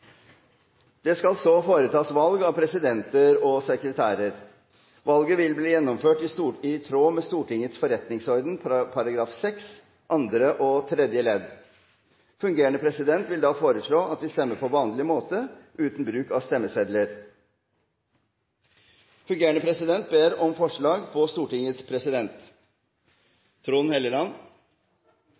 Det skal så foretas valg av presidenter og sekretærer. Valget vil bli gjennomført i tråd med Stortingets forretningsorden § 6, andre og tredje ledd. Fungerende president vil da foreslå at vi stemmer på vanlig måte, uten bruk av stemmesedler. Fungerende president ber om forslag på Stortingets president.